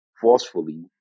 forcefully